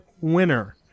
winner